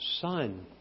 Son